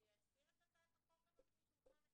אני אסיר את הצעת החוק הזאת משולחן הכנסת.